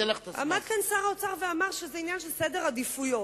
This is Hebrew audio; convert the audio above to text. עמד כאן שר האוצר ואמר שזה עניין של סדר עדיפויות.